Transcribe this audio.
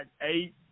eight